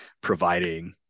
providing